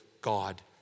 God